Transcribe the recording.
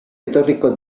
etorriko